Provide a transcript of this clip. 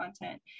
content